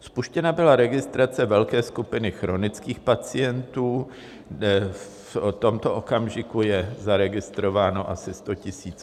Spuštěna byla registrace velké skupiny chronických pacientů, kde v tomto okamžiku je zaregistrováno asi 100 000 osob.